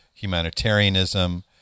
humanitarianism